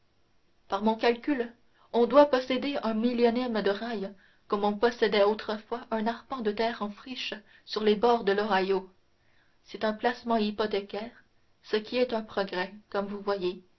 par mon calcul on doit posséder un millionième de rail comme on possédait autrefois un arpent de terre en friche sur les bords de l'ohio c'est un placement hypothécaire ce qui est un progrès comme vous voyez